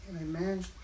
Amen